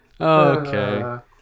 Okay